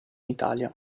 italia